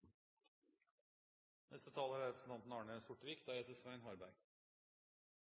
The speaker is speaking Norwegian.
Neste taler er representanten Svein Flåtten, deretter representanten Svein